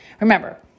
remember